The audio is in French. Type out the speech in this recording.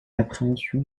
appréhension